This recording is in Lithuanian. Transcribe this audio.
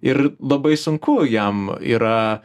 ir labai sunku jam yra